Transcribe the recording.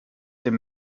dem